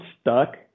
stuck